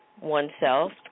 oneself